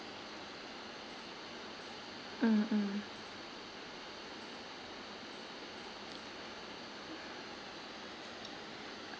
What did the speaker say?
mm mm